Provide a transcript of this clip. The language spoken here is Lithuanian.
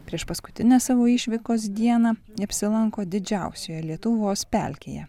priešpaskutinę savo išvykos dieną neapsilanko didžiausioje lietuvos pelkėje